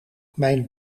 mijn